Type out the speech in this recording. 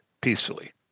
peacefully